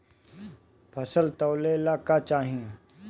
फसल तौले ला का चाही?